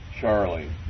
Charlie